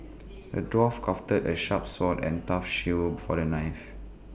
the dwarf crafted A sharp sword and tough shield for the knight